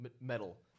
metal